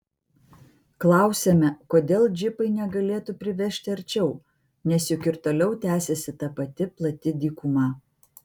klausiame kodėl džipai negalėtų privežti arčiau nes juk ir toliau tęsiasi ta pati plati dykuma